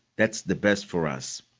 that's the best for us.